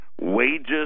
Wages